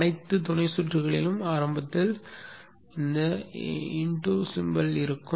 அனைத்து துணை சுற்றுகளிலும் ஆரம்பத்தில் x இருக்கும்